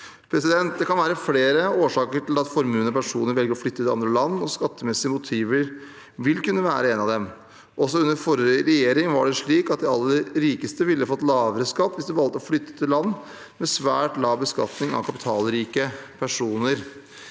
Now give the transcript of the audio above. Det kan være flere årsaker til at formuende personer velger å flytte til andre land, og skattemessige motiver vil kunne være et av dem. Også under forrige regjering var det slik at de aller rikeste ville fått lavere skatt hvis de valgte å flytte til land med svært lav beskatning av kapitalrike personer.